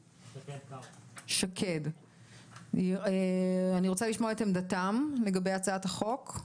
אני רוצה לשמוע את עמדתם לגבי הצעת החוק.